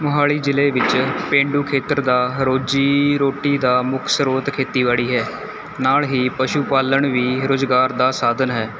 ਮੋਹਾਲੀ ਜ਼ਿਲ੍ਹੇ ਵਿੱਚ ਪੇਂਡੂ ਖੇਤਰ ਦਾ ਰੋਜ਼ੀ ਰੋਟੀ ਦਾ ਮੁੱਖ ਸਰੋਤ ਖੇਤੀਬਾੜੀ ਹੈ ਨਾਲ਼ ਹੀ ਪਸ਼ੂ ਪਾਲਣ ਵੀ ਰੁਜ਼ਗਾਰ ਦਾ ਸਾਧਨ ਹੈ